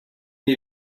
you